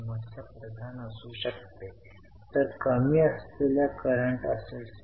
तर वित्तपुरवठा उपक्रमांमधून निव्वळ कॅश फ्लो 9